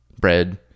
bread